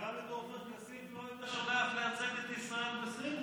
אבל גם את עופר כסיף לא היית שולח לייצג את ישראל בסין?